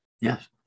Yes